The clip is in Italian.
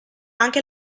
anche